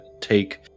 Take